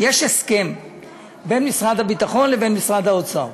יש הסכם בין משרד הביטחון לבין משרד האוצר,